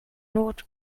not